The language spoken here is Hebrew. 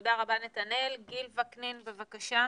תודה רבה, נתנאל, גיל וקנין, בבקשה.